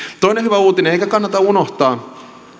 toinen hyvä uutinen ei kannata unohtaa